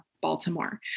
Baltimore